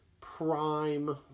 prime